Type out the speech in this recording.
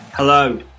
Hello